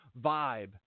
vibe